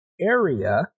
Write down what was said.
area